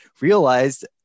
realized